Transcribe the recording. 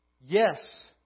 Yes